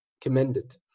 commended